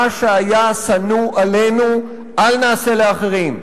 מה שהיה שנוא עלינו, אל נעשה לאחרים.